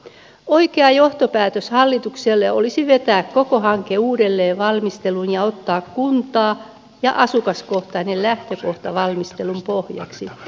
oikea johtopäätös hallitukselle olisi vetää koko hanke uudelleen valmisteluun ja ottaa kunta ja asukaskohtainen lähtökohta valmistelun pohjaksi